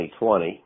2020